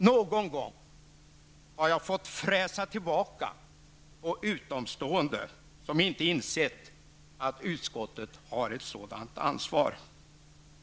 Någon gång har jag fått fräsa tillbaka på utomstående, som inte insett att utskottet har ett sådant ansvar.